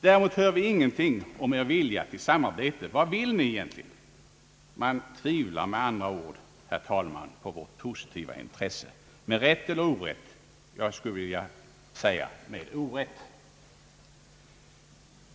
Däremot hör vi ingenting om er vilja till samarbete. Vad vill ni egentligen? Man tvivlar med andra ord, herr talman, på vårt positiva intresse — med rätt eller orätt. Jag skulle vilja säga med orätt.